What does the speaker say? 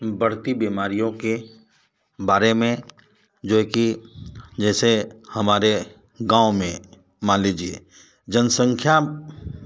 बढ़ती बीमारियों के बारे में जो है कि जैसे हमारे गाँव में मान लीजिए जनसंख्या